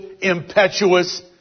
impetuous